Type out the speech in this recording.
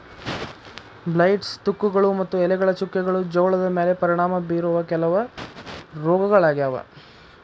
blights, ತುಕ್ಕುಗಳು ಮತ್ತು ಎಲೆಗಳ ಚುಕ್ಕೆಗಳು ಜೋಳದ ಮ್ಯಾಲೆ ಪರಿಣಾಮ ಬೇರೋ ಕೆಲವ ರೋಗಗಳಾಗ್ಯಾವ